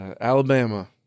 Alabama